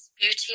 beauty